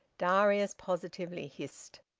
darius positively hissed.